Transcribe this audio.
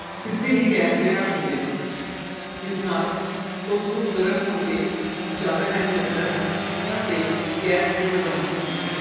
ਸਿੱਧੇ ਹੀ ਗੈਸ 'ਤੇ ਰੱਖ ਦਿੰਦੇ ਹਨ ਜਿਸ ਨਾਲ ਉਸ ਨੂੰ ਗਰਮ ਹੋਣ 'ਤੇ ਜ਼ਿਆਦਾ ਟਾਈਮ ਲੱਗਦਾ ਹੈ ਅਤੇ ਗੈਸ ਦੀ ਬਰਬਾਦੀ ਹੁੰਦੀ ਹੈ